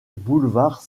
boulevard